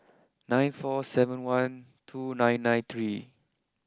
nine four seven one two nine nine three